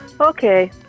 Okay